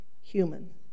human